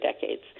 decades